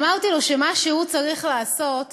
אמרתי לו שמה שהוא צריך לעשות,